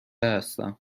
هستم